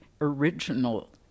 original